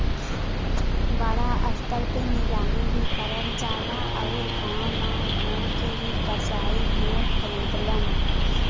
बड़ा स्तर पे नीलामी भी करल जाला आउर गांव गांव घूम के भी कसाई भेड़ खरीदलन